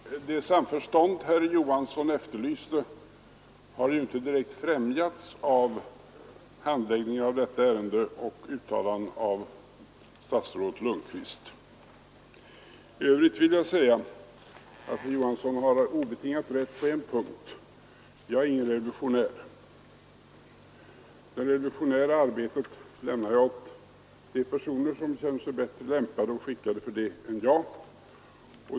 Herr talman! Det samförstånd herr Johansson i Trollhättan efterlyste har inte direkt främjats av handläggningen av detta ärende eller av uttalanden av statsrådet Lundkvist. I övrigt vill jag säga att herr Johansson har obetingat rätt på en punkt — jag är ingen revolutionär. Det revolutionära arbetet lämnar jag åt de personer som känner sig bättre lämpade härför än jag.